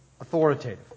authoritative